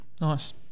nice